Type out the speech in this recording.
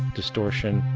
distortion,